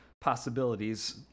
possibilities